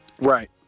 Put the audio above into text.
Right